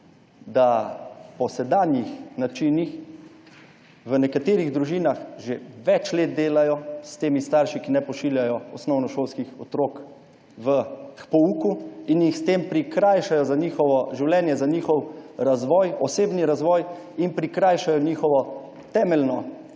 da po sedanjih načinih v nekaterih družinah že več let delajo s temi starši, ki ne pošiljajo osnovnošolskih otrok k pouku in jih s tem prikrajšajo za njihovo življenje, za njihov razvoj, osebni razvoj in prikrajšajo njihovo temeljno človekovo